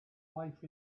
life